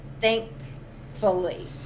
thankfully